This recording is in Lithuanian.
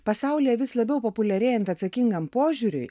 pasaulyje vis labiau populiarėjant atsakingam požiūriui